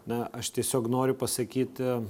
na aš tiesiog noriu pasakyti